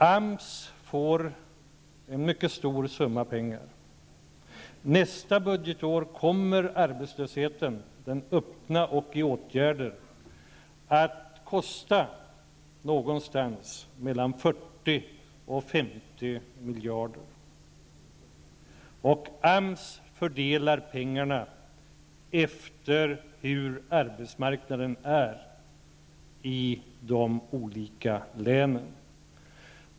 AMS får en mycket stor summa pengar. Nästa budgetår kommer arbetslösheten, den öppna och i åtgärder, att kosta någonstans mellan 40 och 50 miljarder kronor, och AMS fördelar pengarna efter hur arbetsmarknaden ser ut i de olika länen.